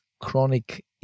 chronic